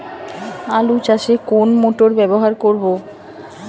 আলু চাষে কোন মোটর ব্যবহার করব?